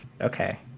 Okay